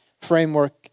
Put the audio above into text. framework